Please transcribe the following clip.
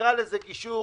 תקרא לזה גישור,